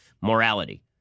morality